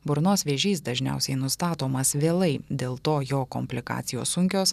burnos vėžys dažniausiai nustatomas vėlai dėl to jo komplikacijos sunkios